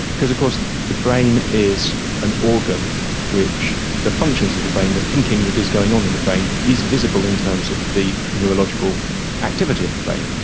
because of course the brain is an organ which, the functions of the brain, the thinking that is going on in the brain is visible in terms of the neurological activity of the brain.